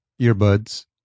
earbuds